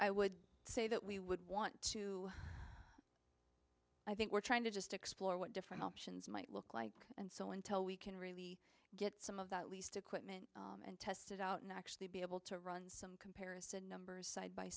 i would say that we would want to i think we're trying to just explore what different options might look like and so until we can really get some of that at least a can test it out and actually be able to run some comparison numbers side by